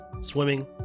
swimming